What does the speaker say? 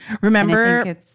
Remember